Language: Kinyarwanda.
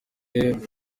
rugaragaza